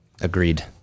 Agreed